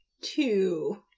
Two